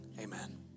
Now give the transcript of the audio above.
amen